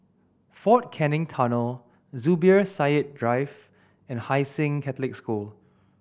Fort Canning Tunnel Zubir Said Drive and Hai Sing Catholic School